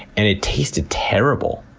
and it tasted terrible.